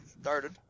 started